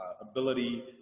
ability